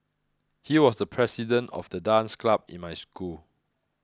he was the president of the dance club in my school